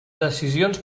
decisions